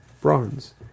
bronze